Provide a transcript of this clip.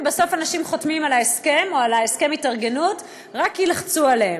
ובסוף אנשים חותמים על ההסכם או על הסכם ההתארגנות רק כי לחצו עליהם.